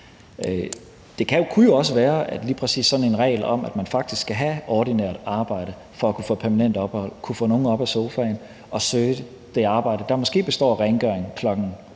at lige præcis sådan en regel om, at man faktisk skal have ordinært arbejde for at kunne få permanent ophold, kunne få nogle op af sofaen og få dem til at søge det arbejde, der måske består af rengøring ved